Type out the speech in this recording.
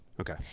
Okay